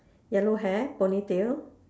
yellow hair ponytail